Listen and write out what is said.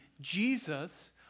Jesus